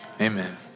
amen